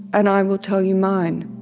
and i will tell you mine.